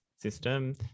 system